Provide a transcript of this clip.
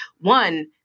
one